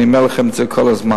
אני אומר לכם את זה כל הזמן.